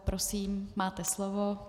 Prosím, máte slovo.